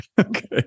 Okay